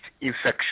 infection